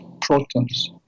protons